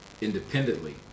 independently